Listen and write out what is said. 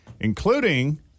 including